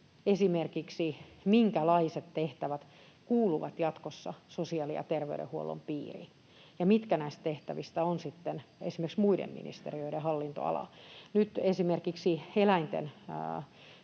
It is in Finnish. esimerkiksi kuuluvat jatkossa sosiaali- ja terveydenhuollon piiriin ja mitkä näistä tehtävistä ovat sitten esimerkiksi muiden ministeriöiden hallintoalalla. Nyt esimerkiksi eläinten